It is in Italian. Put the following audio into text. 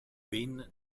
ben